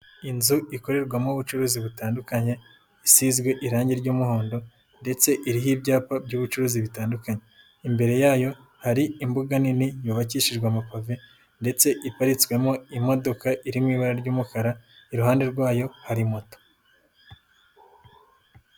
Inzu ikorerwamo ubucuruzi butandukanye isizwe irangi ry'umuhondo ndetse iriho ibyapa by'ubucuruzi bitandukanye, imbere yayo hari imbuga nini yubakishijwe amapave ndetse iparitswemo imodoka iri mu ibara ry'umukara, iruhande rwayo hari moto.